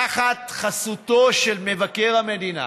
תחת חסותו של מבקר המדינה,